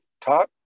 talk